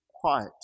quiet